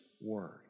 word